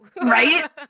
Right